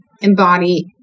embody